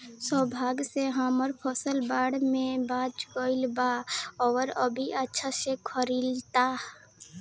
सौभाग्य से हमर फसल बाढ़ में बच गइल आउर अभी अच्छा से खिलता